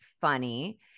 funny